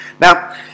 Now